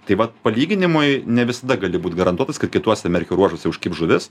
tai va palyginimui ne visada gali būt garantuotas kad kituose merkio ruožuose užkibs žuvis